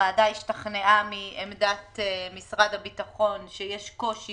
הוועדה השתכנעה מעמדת משרד הביטחון שיש קושי